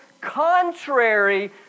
contrary